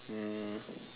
um